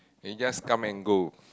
they just come and go